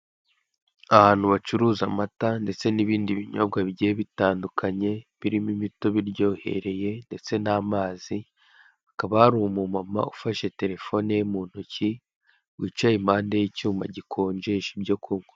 Ahantu bacuruza amata ndetse n'ibindi binyobwa bigiye bitandukanye, birimo imitobe iryohereye ndetse n'amazi, hakaba hari umumama ufashe Telefone ye muntoki, wicaye impande y'icyuma gikonjesha ibyo kunywa.